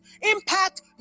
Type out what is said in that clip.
impact